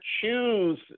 choose